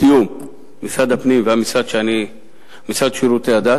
בתיאום משרד הפנים ומשרד שירותי הדת,